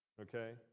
Okay